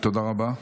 תודה רבה.